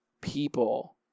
people